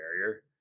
barrier